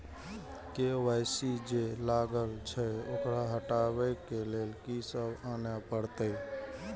KYC जे लागल छै ओकरा हटाबै के लैल की सब आने परतै?